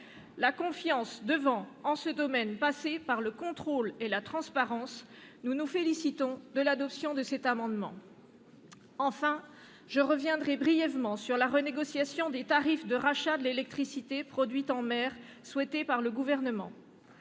La confiance devant en ce domaine passer par le contrôle et la transparence, nous nous félicitons de l'adoption de l'amendement à l'origine de cette disposition. Enfin, je reviendrai brièvement sur la renégociation des tarifs de rachat de l'électricité produite en mer souhaitée par le Gouvernement.